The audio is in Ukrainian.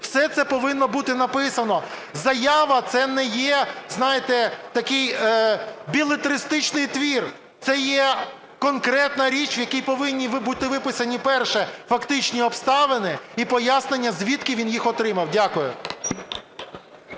Все це повинно бути написано. Заява – це не є, знаєте, такий белетристичний твір, це є конкретна річ, в якій повинні бути виписані, перше, фактичні обставини і пояснення, звідки він їх отримав. Дякую.